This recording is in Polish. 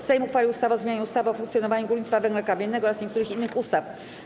Sejm uchwalił ustawę o zmianie ustawy o funkcjonowaniu górnictwa węgla kamiennego oraz niektórych innych ustaw.